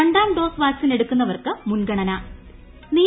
രണ്ടാം dose vaccine എടുക്കുന്നവർക്ക് മുൻഗണന നൽകും